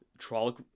trollic